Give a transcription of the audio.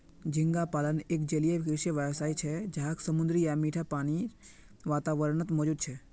झींगा पालन एक जलीय कृषि व्यवसाय छे जहाक समुद्री या मीठा पानीर वातावरणत मौजूद छे